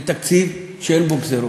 זה תקציב שאין בו גזירות.